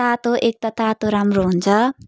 तातो एक त तातो राम्रो हुन्छ